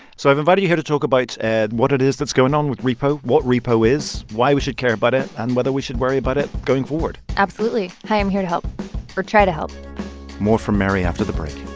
so i've invited you here to talk about and what it is that's going on with repo, what repo is, why we should care about it and whether we should worry about it going forward absolutely. hey, i'm here to help or try to help more from mary after the break